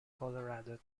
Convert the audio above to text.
colorado